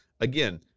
again